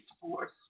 Force